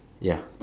ya